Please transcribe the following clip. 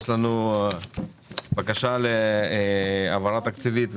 יש לנו בקשה להעברה תקציבית,